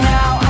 Now